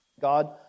God